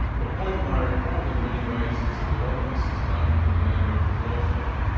the point of my report, in many ways, is that a lot of this is done in the name of welfare.